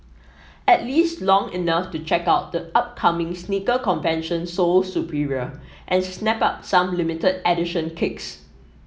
at least long enough to check out the upcoming sneaker convention Sole Superior and snap up some limited edition kicks